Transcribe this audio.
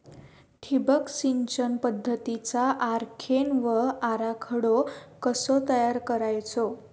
ठिबक सिंचन पद्धतीचा आरेखन व आराखडो कसो तयार करायचो?